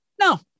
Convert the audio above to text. No